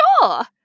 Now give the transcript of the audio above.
Sure